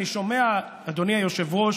אדוני היושב-ראש,